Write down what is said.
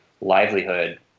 livelihood